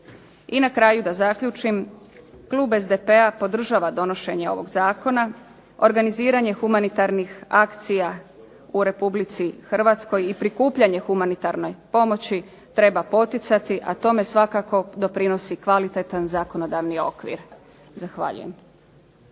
I na kraju da zaključim. Klub SDP-a podržava donošenje ovog zakona, organiziranje humanitarnih akcija u Republici Hrvatskoj i prikupljanje humanitarne pomoći treba poticati, a tome svakako doprinosi kvalitetan zakonodavni okvir. Zahvaljujem.